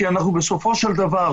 כי בסופו של דבר,